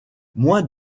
moins